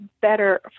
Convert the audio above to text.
better